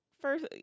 first